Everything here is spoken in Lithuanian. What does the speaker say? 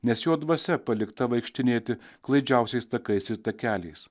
nes jo dvasia palikta vaikštinėti klaidžiausiais takais ir takeliais